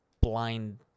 blind